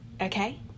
okay